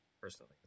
personally